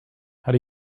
how